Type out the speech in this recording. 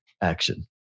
action